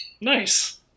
Nice